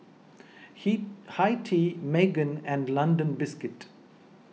Hi Tea Megan and London Biscuits